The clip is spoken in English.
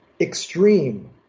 extreme